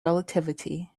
relativity